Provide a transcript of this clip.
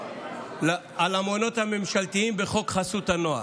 על המעונות הממשלתיים בחוק חסות הנוער.